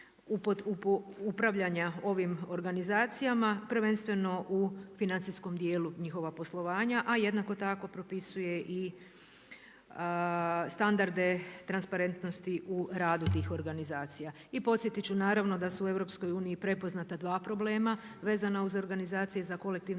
upravljanja ovim organizacijama prvenstveno u financijskom dijelu njihova poslovanja a jednako tako propisuje i standarde transparentnosti u radu tih organizacija. I podsjetiti ću naravno da su u EU prepoznata dva problema vezana uz organizacije za kolektivno